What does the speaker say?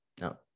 no